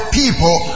people